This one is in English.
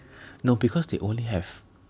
no because they only have